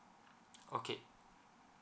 okay